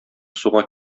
суга